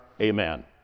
amen